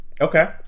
Okay